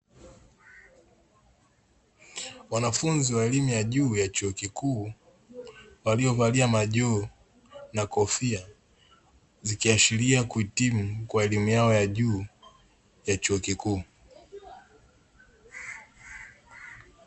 Wanafunzi wa elimu ya juu ya chuo kikuu, waliovalia majoho na kofia, zikiashiria kuhitimu kwa elimu yao ya juu ya chuo kikuu.